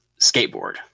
skateboard